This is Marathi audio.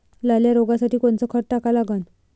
लाल्या रोगासाठी कोनचं खत टाका लागन?